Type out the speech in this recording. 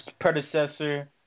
predecessor